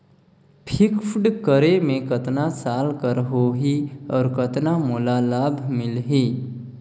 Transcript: Fixed करे मे कतना साल कर हो ही और कतना मोला लाभ मिल ही?